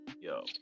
Yo